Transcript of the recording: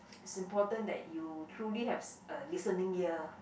is important that you truly have s~ a listening ear